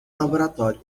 laboratório